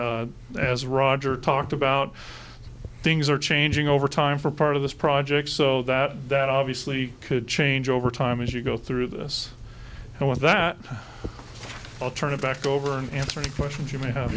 as roger talked about things are changing over time for part of this project so that that obviously could change over time as you go through this and with that i'll turn it back over an answer to questions you may have